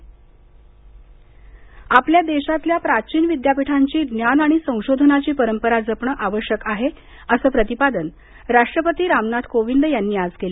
राष्ट्पती आपल्या देशातल्या प्राचीन विद्यापीठांची ज्ञान आणि संशोधनाची परंपरा जपणं आवश्यक आहे असं प्रतिपादन राष्ट्रपती रामनाथ कोविंद यांनी आज केलं